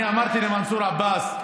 אני אמרתי למנסור עבאס,